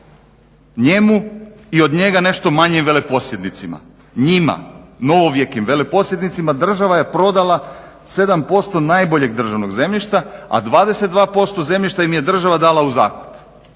njemu i od njega nešto manjim veleposjednicima. Njima novovjekim veleposjednicima država je prodala 7% najboljeg državnog zemljišta, a 22% zemljišta im je država dala u zakup